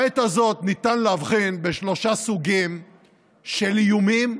בעת הזאת ניתן להבחין בשלושה סוגים של איומים,